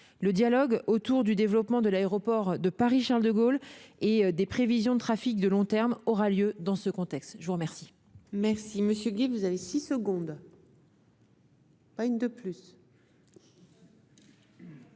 Le dialogue autour du développement de l'aéroport de Paris-Charles-de-Gaulle et des prévisions de trafic de long terme aura lieu dans ce contexte. La parole